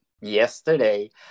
Yesterday